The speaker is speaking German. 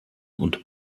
und